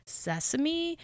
sesame